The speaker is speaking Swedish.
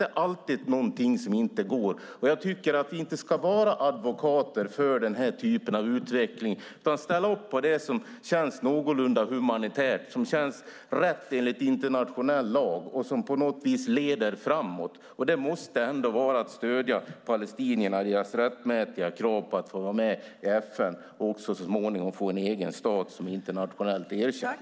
Det är alltid någonting som inte går. Jag tycker inte att vi ska vara advokater för den här typen av utveckling utan ställa upp på det som känns någorlunda humanitärt och rätt enligt internationell lag och som på något vis leder framåt, och det måste ändå vara att stödja palestinierna i deras rättmätiga krav på att få vara med i FN och så småningom få en egen stat som är internationellt erkänd.